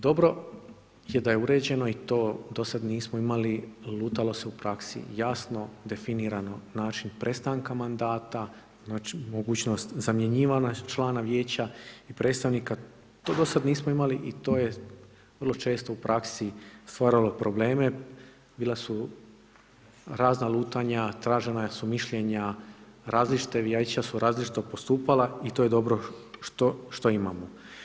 Dobro je da je uređeno i to, dosad nismo imali, lutalo se u praksi, jasno definirano način prestanka mandata, znači, mogućnost zamjenjivanja člana vijeća i predstavnika, to dosad nismo imali i to je vrlo često u praksi stvaralo probleme, bila su razna lutanja, tražena su mišljenja, različita vijeća su različito postupala i to je dobro što imamo.